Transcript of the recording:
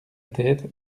tête